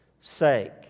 sake